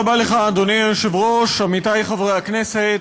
אדוני היושב-ראש, תודה רבה לך, עמיתי חברי הכנסת,